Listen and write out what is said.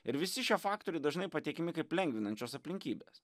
ir visi šie faktoriai dažnai pateikiami kaip lengvinančios aplinkybės